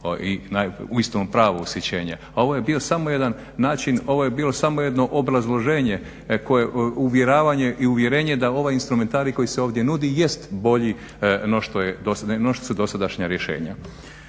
je bio samo jedan način, ovo je bilo samo jedno obrazloženje koje i uvjerenje da ovaj instrumentarij koji se ovdje nudi jest bolji no što su dosadašnja rješenja.